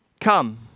come